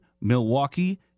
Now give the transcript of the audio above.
Milwaukee